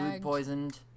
poisoned